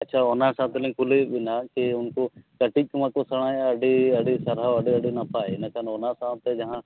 ᱟᱪᱪᱷᱟ ᱚᱱᱟ ᱥᱟᱶᱛᱮᱞᱤᱧ ᱠᱩᱞᱤᱭᱮᱫ ᱵᱮᱱᱟ ᱡᱮ ᱩᱱᱠᱩ ᱠᱟᱹᱴᱤᱡ ᱠᱚ ᱢᱟᱠᱚ ᱥᱮᱬᱟᱭᱮᱫᱼᱟ ᱟᱹᱰᱤ ᱟᱹᱰᱤ ᱥᱟᱨᱦᱟᱣ ᱟᱹᱰᱤ ᱟᱹᱰᱤ ᱱᱟᱯᱟᱭ ᱤᱱᱟᱹᱠᱷᱟᱱ ᱚᱱᱟ ᱥᱟᱶᱛᱮ ᱡᱟᱦᱟᱸ